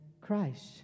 Christ